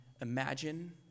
imagine